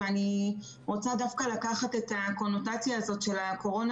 ואני רוצה דווקא לקחת את הקונוטציה הזאת של הקורונה